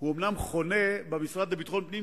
אומנם חונה במשרד לביטחון פנים,